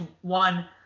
one